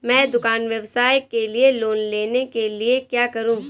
मैं दुकान व्यवसाय के लिए लोंन लेने के लिए क्या करूं?